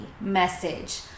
message